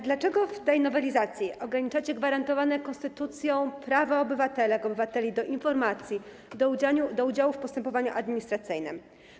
Dlaczego w tej nowelizacji ograniczacie gwarantowane konstytucją prawo obywatelek, obywateli do informacji, do udziału w postępowaniu administracyjnym?